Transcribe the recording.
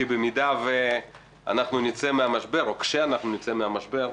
כי במידה שאנחנו נצא מהמשבר או כשאנחנו נצא מהמשבר,